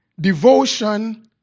devotion